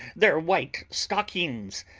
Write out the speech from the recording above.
their white stockings,